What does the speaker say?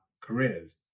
careers